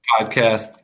podcast